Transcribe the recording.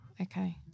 Okay